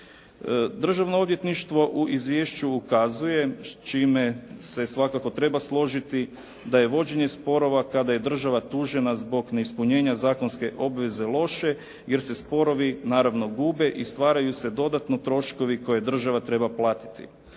Državno odvjetništvo u izvješću ukazuje s čime se svakako treba složiti da je vođenje sporova kada je država dužena zbog neispunjenja zakonske obveze loše jer se sporovi naravno gube i stvaraju se dodatno troškovi koje država treba platiti.